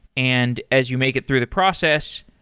and as you make it through the process,